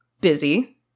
busy